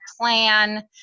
plan